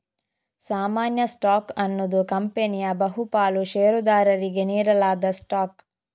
ಸಾಮಾನ್ಯ ಸ್ಟಾಕ್ ಅನ್ನುದು ಕಂಪನಿಯ ಬಹು ಪಾಲು ಷೇರುದಾರರಿಗೆ ನೀಡಲಾದ ಸ್ಟಾಕ್